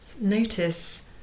Notice